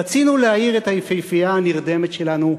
רצינו להעיר את היפהפייה הנרדמת שלנו,